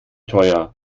teuer